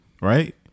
Right